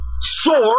sword